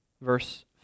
verse